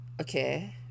okay